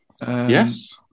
Yes